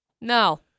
no